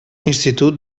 institut